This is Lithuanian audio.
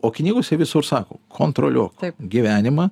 o knygose visur sako kontroliuok gyvenimą